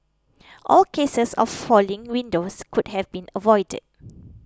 all cases of falling windows could have been avoided